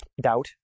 doubt